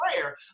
prayer